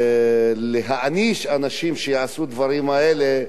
להעניש אנשים שיעשו את הדברים האלה.